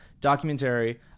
Documentary